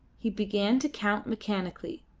he began to count mechanically.